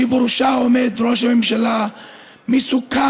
שבראשה עומד ראש ממשלה מסוכן,